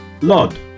Lod